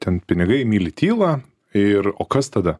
ten pinigai myli tylą ir o kas tada